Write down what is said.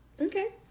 Okay